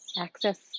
access